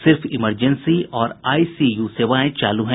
सिर्फ इमरजेंसी और आईसीयू सेवाएं चालू हैं